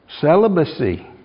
Celibacy